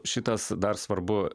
šitas dar svarbu